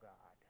God